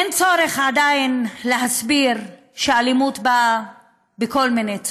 אין צורך עדיין להסביר שאלימות באה בכל מיני צורות.